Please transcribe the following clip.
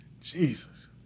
Jesus